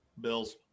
Bills